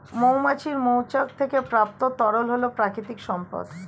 মৌমাছির মৌচাক থেকে প্রাপ্ত তরল হল প্রাকৃতিক সম্পদ